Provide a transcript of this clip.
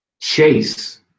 Chase